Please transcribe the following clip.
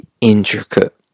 intricate